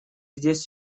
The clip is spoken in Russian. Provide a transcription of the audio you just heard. здесь